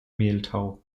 mehltau